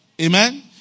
Amen